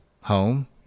home